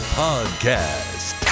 podcast